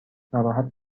ناراحت